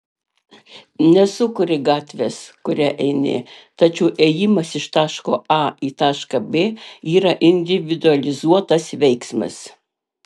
nesukuri gatvės kuria eini tačiau ėjimas iš taško a į tašką b yra individualizuotas veiksmas